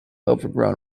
overgrown